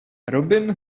robin